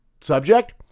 subject